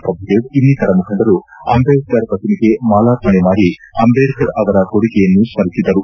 ಪ್ರಭುದೇವ್ ಇನ್ನಿತರ ಮುಖಂಡರು ಅಂಬೇಡ್ಕರ್ ಪ್ರತಿಮೆಗೆ ಮಾಲಾರ್ಪಣೆ ಮಾಡಿ ಅಂಬೇಡ್ಕರ್ ಅವರ ಕೊಡುಗೆಯನ್ನು ಸ್ಪರಿಸಿದರು